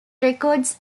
records